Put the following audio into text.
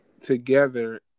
together